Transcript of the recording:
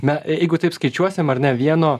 na jeigu taip skaičiuosim ar ne vieno